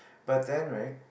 but then right